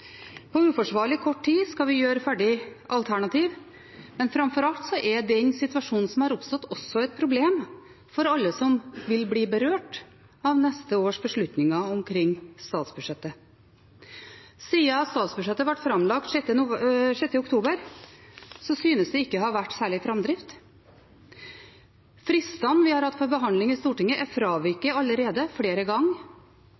På uforsvarlig kort tid skal vi gjøre ferdig alternativ. Men framfor alt er den situasjonen som har oppstått, også et problem for alle som vil bli berørt av neste års beslutninger omkring statsbudsjettet. Siden statsbudsjettet ble framlagt 6. oktober, synes det ikke å ha vært særlig framdrift. Fristene vi har hatt for behandling i Stortinget, er